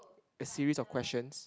a series of questions